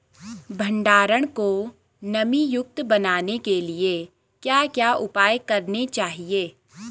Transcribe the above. भंडारण को नमी युक्त बनाने के लिए क्या क्या उपाय करने चाहिए?